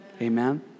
Amen